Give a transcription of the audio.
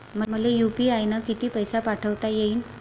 मले यू.पी.आय न किती पैसा पाठवता येईन?